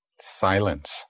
Silence